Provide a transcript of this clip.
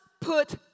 put